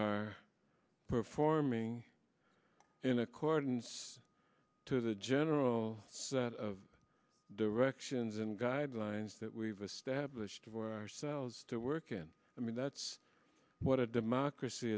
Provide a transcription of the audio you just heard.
are performing in accordance to the general set of directions and guidelines that we've established for ourselves to work in i mean that's what a democracy